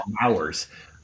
hours